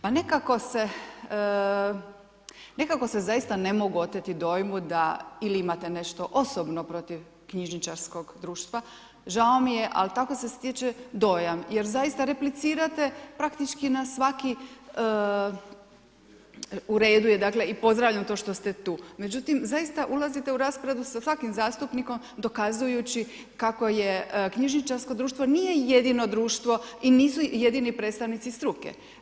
Pa nekako se zaista ne mogu oteti dojmu da ili imate nešto osobno protiv knjižničarskog društva, žao mi je, ali tako se stječe dojam jer zaista replicirate praktički na svaki, uredu je dakle, i pozdravljam to što ste tu, međutim zaista ulazite u raspravu sa svakim zastupnikom dokazujući kako knjižničarsko društvo nije jedino društvo i nisu jedini predstavnici struke.